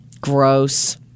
gross